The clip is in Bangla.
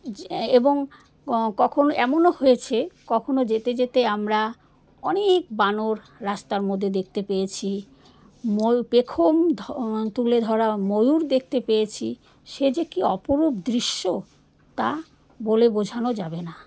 যে এবং কখনও এমনও হয়েছে কখনও যেতে যেতে আমরা অনেক বানর রাস্তার মধ্যে দেখতে পেয়েছি ময়ূর পেখম তুলে ধরা ময়ূর দেখতে পেয়েছি সে যে কি অপরূপ দৃশ্য তা বলে বোঝানো যাবে না